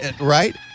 Right